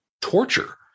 torture